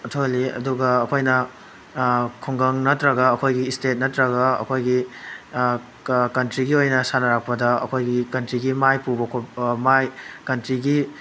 ꯂꯥꯞꯊꯣꯛꯍꯜꯂꯤ ꯑꯗꯨꯒ ꯑꯩꯈꯣꯏꯅ ꯈꯨꯡꯒꯪ ꯅꯠꯇ꯭ꯔꯒ ꯑꯩꯈꯣꯏꯒꯤ ꯏꯁꯇꯦꯠ ꯅꯠꯇ꯭ꯔꯒ ꯑꯩꯈꯣꯏꯒꯤ ꯀꯟꯇ꯭ꯔꯤꯒꯤ ꯑꯣꯏꯅ ꯁꯥꯟꯅꯔꯛꯄꯗ ꯑꯩꯈꯣꯏꯒꯤ ꯀꯟꯇ꯭ꯔꯤꯒꯤ ꯃꯥꯏ ꯄꯨꯕ ꯃꯥꯏ ꯀꯟꯇ꯭ꯔꯤꯒꯤ